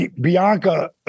Bianca